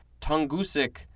Tungusic